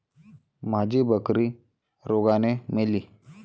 माझी बकरी रोगाने मेली